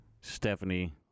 Stephanie